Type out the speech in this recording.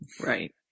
right